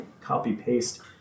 copy-paste